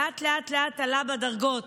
לאט-לאט עלה בדרגות,